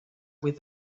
with